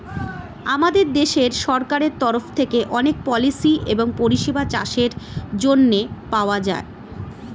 আমাদের দেশের সরকারের তরফ থেকে অনেক পলিসি এবং পরিষেবা চাষের জন্যে পাওয়া যায়